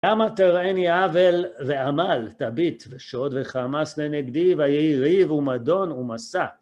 למה תראני אוון, ועמל תביט, ושוד וחמס לנגדי ויהי ריב ומדון ומשא.